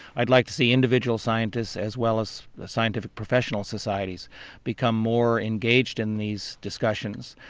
i'd like to see individual scientists as well as the scientific professional societies become more engaged in these discussions,